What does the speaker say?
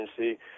agency